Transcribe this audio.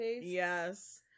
Yes